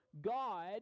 God